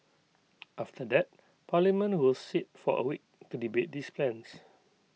after that parliament will sit for A week to debate these plans